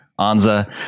Anza